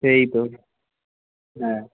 সেই তো হ্যাঁ